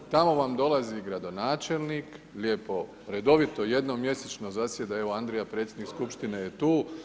Tamo vam dolazi gradonačelnik, lijepo, redovito jednom mjesečno zasjeda, evo Andrija, predsjednik skupštine je tu.